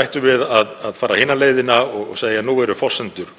ættum við að fara hina leiðina og segja: Nú eru forsendur